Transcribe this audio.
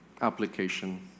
application